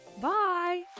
bye